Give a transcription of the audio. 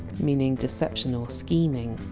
meaning deception or scheming.